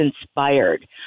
inspired